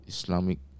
Islamic